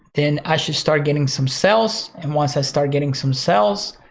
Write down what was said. then i should start getting some sales and once i start getting some sales,